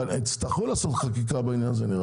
יצטרכו לעשות חקיקה בעניין הזה, נראה לי.